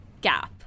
gap